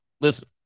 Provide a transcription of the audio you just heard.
listen